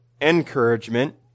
encouragement